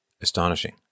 astonishing